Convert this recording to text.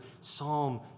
Psalm